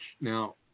Now